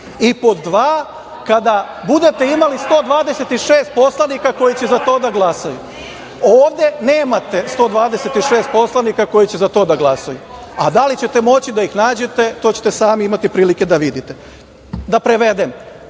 i, pod dva, kada budete imali 126 poslanika koji će za to da glasaju. Ovde nemate 126 poslanika koji će za to da glasaju, a da li ćete moći da ih nađete to ćete sami imati prilike da vidite. Da prevedem